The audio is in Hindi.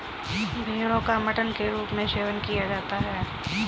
भेड़ो का मटन के रूप में सेवन किया जाता है